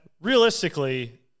Realistically